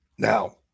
Now